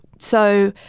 so,